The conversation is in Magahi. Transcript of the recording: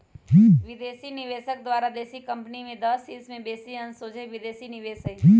विदेशी निवेशक द्वारा देशी कंपनी में दस हिस् से बेशी अंश सोझे विदेशी निवेश हइ